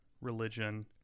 religion